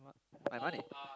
my money